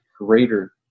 greater